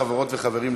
חברות וחברים,